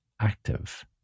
active